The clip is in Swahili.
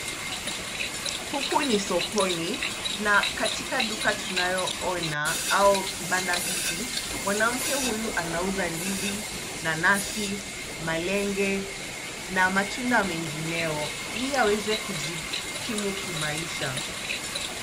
Huku ni sokoni na katika duka tunayoona au kibanda hiki, mwanamke huyu anauza ndizi, nanasi, malenge na matunda mengineyo ili aweze kujikimu kimaisha.